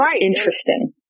interesting